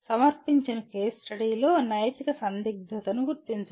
సమర్పించిన కేస్ స్టడీలో నైతిక సందిగ్ధతను గుర్తించండి